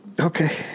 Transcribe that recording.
Okay